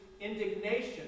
indignation